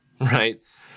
right